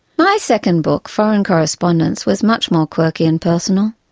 my second book, foreign correspondence, was much more quirky and personal.